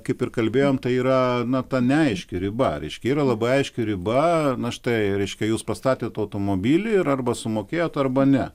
kaip ir kalbėjom tai yra na ta neaiški riba reiškia yra labai aiški riba štai reiškia jūs pastatėt automobilį ir arba sumokėjot arba ne